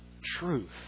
truth